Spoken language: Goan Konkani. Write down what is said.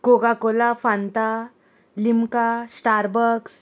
Coca Cola Fanta Limca Starbucks